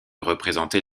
représenter